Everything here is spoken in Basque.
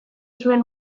zuen